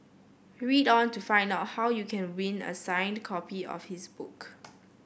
read on to find out how you can win a signed copy of his book